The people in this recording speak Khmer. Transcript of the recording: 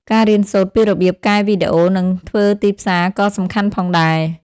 ការរៀនសូត្រពីរបៀបកែវីដេអូនិងធ្វើទីផ្សារក៏សំខាន់ផងដែរ។